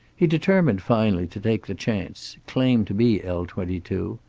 he determined finally to take the chance, claim to be l twenty two,